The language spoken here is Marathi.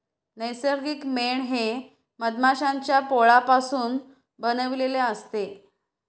नैसर्गिक मेण हे मधमाश्यांच्या पोळापासून बनविलेले असते